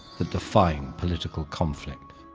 the defying political conflict.